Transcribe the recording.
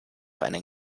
einen